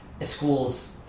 school's